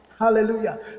Hallelujah